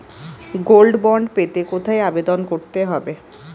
Gold bond পেতে কোথায় আবেদন করতে হবে?